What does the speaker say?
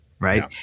right